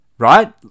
Right